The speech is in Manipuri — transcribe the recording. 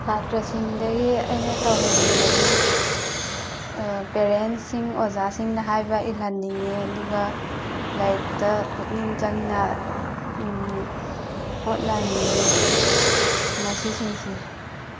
ꯁꯥꯇ꯭ꯔꯁꯤꯡꯗꯒꯤ ꯑꯩꯅ ꯇꯧꯍꯟꯅꯤꯡꯕꯗꯤ ꯄꯦꯔꯦꯟꯁꯁꯤꯡ ꯑꯣꯖꯥꯁꯤꯡꯅ ꯍꯥꯏꯕ ꯏꯜꯍꯟꯅꯤꯡꯉꯦ ꯑꯗꯨꯒ ꯂꯥꯏꯔꯤꯛꯇ ꯄꯨꯛꯅꯤꯡ ꯆꯪꯅ ꯍꯣꯠꯅꯍꯟꯅꯤꯡꯉꯦ ꯃꯁꯤꯁꯤꯡꯁꯤꯅꯤ